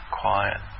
quiet